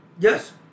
Yes